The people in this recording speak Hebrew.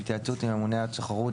ובהתייעצות עם הממונה על התחרות,